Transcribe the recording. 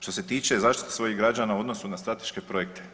Što se tiče zaštite svojih građana u odnosu na strateške projekte.